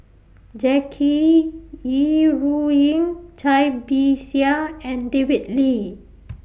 Jackie Yi Ru Ying Cai Bixia and David Lee